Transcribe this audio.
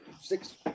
six